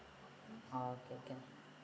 okay can